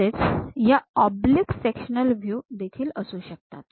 तसेच याचे oblique sectional view देखील असू शकतात